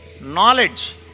knowledge